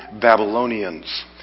Babylonians